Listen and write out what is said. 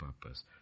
purpose